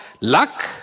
luck